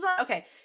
Okay